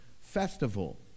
festival